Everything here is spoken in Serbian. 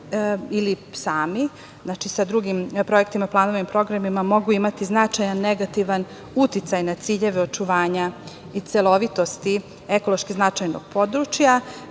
ili sami, znači sa drugim planovima i projektima mogu imati značajan negativan uticaj na ciljeve očuvanja i celovitosti ekološki značajnog područja.